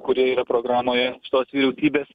kurie yra programoje šitos vyriausybės